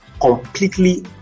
completely